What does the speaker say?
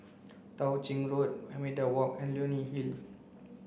Tao Ching Road Media Walk and Leonie Hill